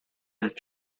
and